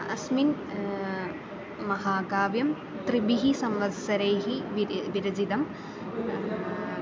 अस्मिन् महाकाव्यं त्रिभिः संवत्सरैः विरे विरचितम्